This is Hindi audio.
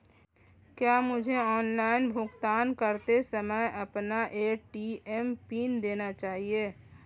क्या मुझे ऑनलाइन भुगतान करते समय अपना ए.टी.एम पिन देना चाहिए?